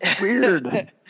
Weird